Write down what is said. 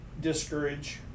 discourage